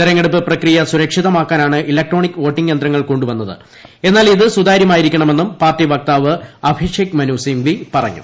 തെരഞ്ഞെടുപ്പ് പ്രക്രിയ സുരക്ഷിതമാക്കാനാണ് ഇലക്ട്രോണിക് വോട്ടിംഗ് യന്ത്രങ്ങൾ കൊണ്ടു വന്നത് എന്നാൽ ഇത് സുതാരൃമായിരിക്കണമെന്നും പാർട്ടി വക്താവ് അഭിഷേക് മനു സിങ്വി പറഞ്ഞു